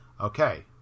Okay